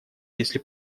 если